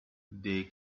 they